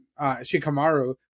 Shikamaru